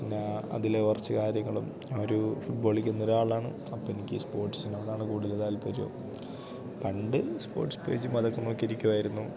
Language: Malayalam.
പിന്നെ ആ അതിൽ കുറച്ച് കാര്യങ്ങളും ആ ഒരു ഫുട്ബോൾ കളിക്കുന്ന ഒരാളാണ് അപ്പം എനിക്ക് സ്പോട്സിനോടാണ് കൂടുതൽ താല്പര്യവും പണ്ട് സ്പോട്സ് പേജും അതൊക്കെ നോക്കിയിരിക്കുമായിരുന്നു